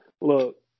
look